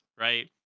right